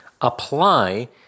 Apply